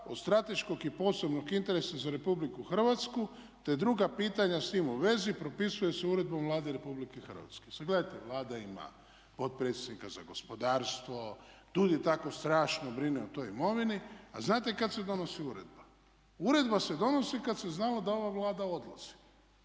od strateškog i posebnog interesa za Republiku Hrvatsku, te druga pitanja s tim u vezi propisuje se Uredbom Vlade RH. Sad gledajte Vlada ima potpredsjednika za gospodarstvo, DUUDI tako strašno brine o toj imovini a znate kad se donosi uredba, uredba se donosi kad se znalo da ova Vlada dolazi.